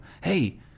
hey